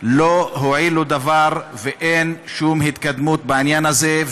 לא הועילו דבר, ואין שום התקדמות בעניין הזה.